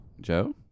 Joe